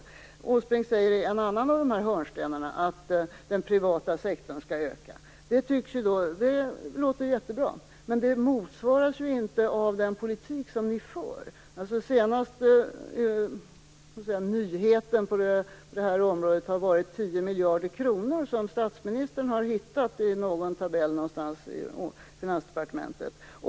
Erik Åsbrink säger i en annan av hörnstenarna att den privata sektorn skall öka. Det låter jättebra, men det motsvaras ju inte av den politik som ni för. Den senaste nyheten på det här området har varit tio miljarder kronor som statsministern har hittat i någon tabell på Finansdepartementet.